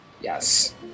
Yes